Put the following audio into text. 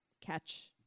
catch